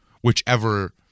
whichever